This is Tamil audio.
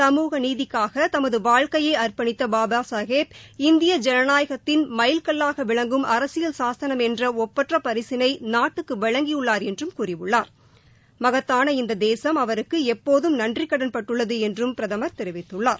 சமூகநீதிக்காக தமது வாழ்க்கையை அர்ப்பணித்த பாபா சாஹேப் இந்திய இஜனநாயகத்தின் மைல்கல்லாக விளங்கும் அரசியல் சாசனம் என்ற ஒப்பற்ற பரிசினை நாட்டுக்கு வழங்கியுள்ளார் என்றும் கூறியுள்ளார் மகத்தான இந்த தேசம் அவருக்கு எப்போதம் நன்றிக்கடன்பட்டுள்ளது என்றம் பிரதமர் தெரிவித்துள்ளார்